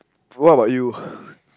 what about you ppl